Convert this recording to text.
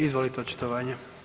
Izvolite očitovanje.